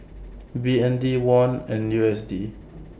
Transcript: B N D Won and U S D